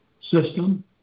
System